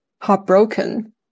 heartbroken